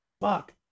fuck